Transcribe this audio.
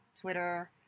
Twitter